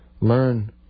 learn